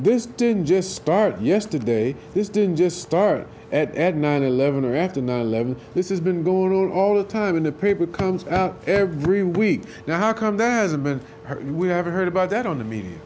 this didn't just start yesterday this didn't just start at ad nine eleven or after nine eleven this is been going on all the time in the paper comes every week now how come that hasn't been we haven't heard about that on the media